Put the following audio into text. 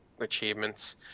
achievements